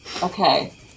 Okay